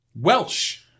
Welsh